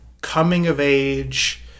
coming-of-age